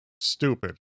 Stupid